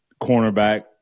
cornerback